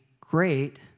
great